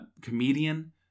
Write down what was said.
comedian